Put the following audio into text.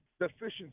deficiency